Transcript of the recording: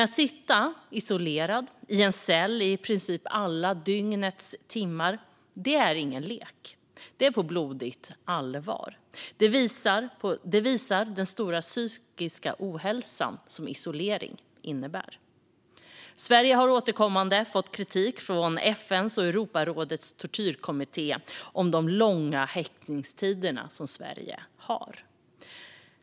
Att sitta isolerad i en cell i princip alla dygnets timmar är ingen lek, utan det är på blodigt allvar - detta visar den stora psykiska ohälsa som isolering innebär. Sverige har återkommande fått kritik från FN:s och Europarådets tortyrkommitté om de långa häktningstider som Sverige har.